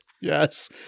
Yes